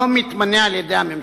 לא מתמנה על-ידי הממשלה.